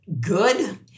good